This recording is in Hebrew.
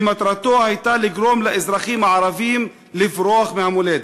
שמטרתו הייתה לגרום לאזרחים הערבים לברוח מהמולדת.